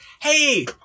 Hey